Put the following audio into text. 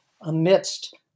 amidst